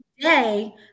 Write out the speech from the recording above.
today